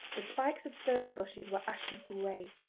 the spikes of furze bushes were ashy grey,